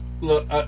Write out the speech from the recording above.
Look